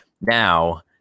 now